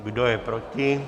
Kdo je proti?